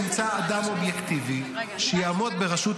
ראוי שנמצא אדם אובייקטיבי שיעמוד בראשות